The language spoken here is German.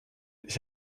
ich